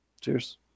Cheers